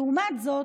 לעומת זאת,